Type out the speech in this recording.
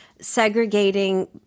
segregating